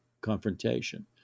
confrontation